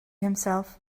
himself